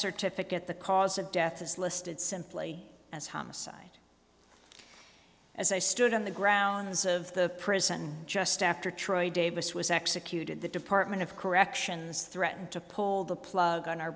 certificate the cause of death is listed simply as homicide as i stood on the grounds of the prison just after troy davis was executed the department of corrections threatened to pull the plug on our